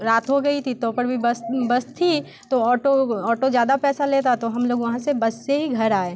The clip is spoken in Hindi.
रात हो गई थी तो पर भी बस बस थी तो ऑटो ऑटो ज़्यादा पैसा ले रहा तो हम लोग वहाँ से बस से ही घर आए